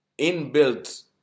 inbuilt